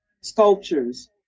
sculptures